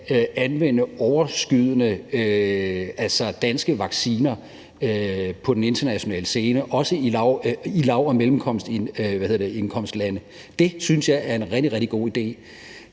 skal anvende overskydende danske vacciner på den internationale scene, også i lav- og mellemindkomstlande. Det synes jeg er en rigtig, rigtig